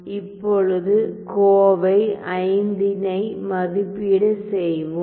இப்பொழுது கோவை V னை மதிப்பீடு செய்வோம்